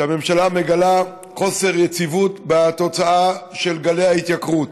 שבהם הממשלה מגלה חוסר יציבות בתוצאה של גלי ההתייקרות.